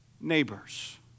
neighbors